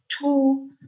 two